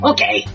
Okay